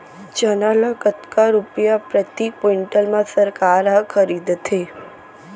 चना ल कतका रुपिया प्रति क्विंटल म सरकार ह खरीदथे?